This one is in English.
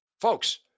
Folks